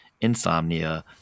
insomnia